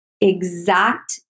exact